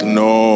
no